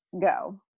go